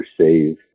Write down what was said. save